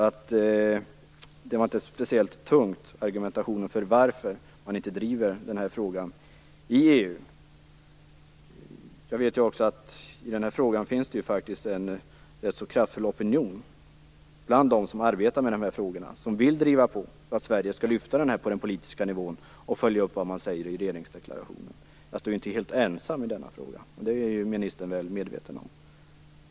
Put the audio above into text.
Det anfördes inte någon speciellt tung argumentation för att man inte driver den här frågan i EU. Jag vet att det bland dem som arbetar med de här frågorna finns en rätt kraftig opinion för att driva på och för att Sverige skall lyfta upp det här på den politiska nivån och följa upp det som sägs i regeringsdeklarationen. Som ministern är väl medveten om står jag inte helt ensam i denna fråga.